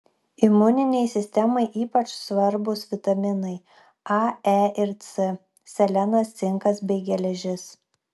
imuninei sistemai ypač svarbūs vitaminai a e ir c selenas cinkas bei geležis